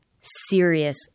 serious